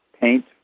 paint